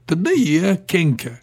tada jie kenkia